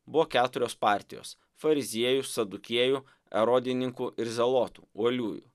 buvo keturios partijos fariziejų sadukėjų erodininkų ir zelotų uoliųjų